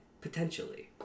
Potentially